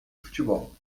futebol